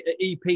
EP